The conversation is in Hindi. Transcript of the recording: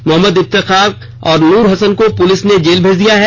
मो इफ्तेखार और नूर हसन को पुलिस ने जेल भेज दिया है